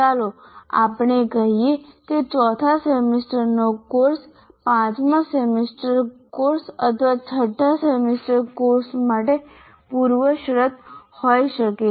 ચાલો આપણે કહીએ કે ચોથા સેમેસ્ટરનો કોર્સ 5મા સેમેસ્ટર કોર્સ અથવા 6ઠ્ઠા સેમેસ્ટર કોર્સ માટે પૂર્વશરત હોઈ શકે છે